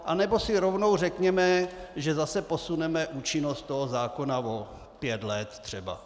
Anebo si rovnu řekněme, že zase posuneme účinnost zákona o pět let třeba.